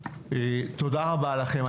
תודה רבה לכם.